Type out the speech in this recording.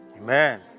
Amen